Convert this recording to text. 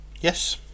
Yes